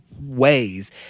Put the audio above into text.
ways